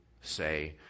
say